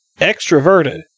extroverted